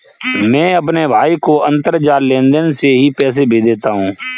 मैं अपने भाई को अंतरजाल लेनदेन से ही पैसे भेज देता हूं